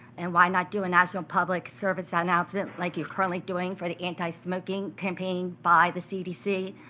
and why not do a national public service announcement like you're currently doing for the anti-smoking campaign by the cdc.